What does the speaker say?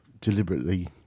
deliberately